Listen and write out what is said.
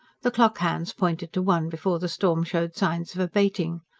the clock-hands pointed to one before the storm showed signs of abating.